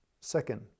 second